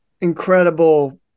incredible